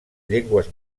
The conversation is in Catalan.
llengües